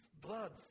blood